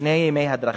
ובשני ימי הדרכה.